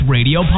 Radio